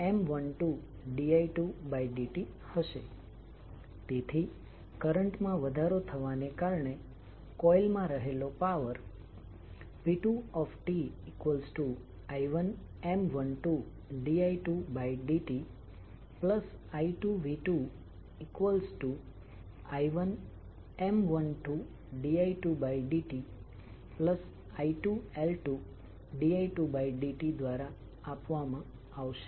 તેથી કરંટ માં વધારો થવાને કારણે કોઇલ માં રહેલો પાવર p2ti1M12di2dti2v2i1M12di2dti2L2di2dt દ્વારા આપવામાં આવશે